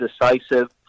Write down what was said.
decisive